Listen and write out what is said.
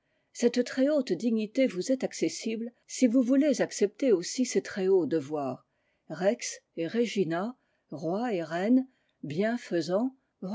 cette très haute dignité vous est accessible si vous voulez accepter aussi ces très hauts devoirs rex et regina roi et reine bien faisants